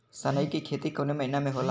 सनई का खेती कवने महीना में होला?